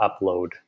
upload